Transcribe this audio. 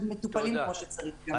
הם מטופלים כמו שצריך.